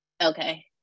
Okay